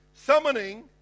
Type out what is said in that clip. summoning